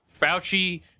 fauci